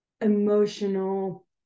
emotional